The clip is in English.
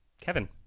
Kevin